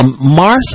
Martha